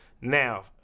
Now